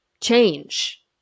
change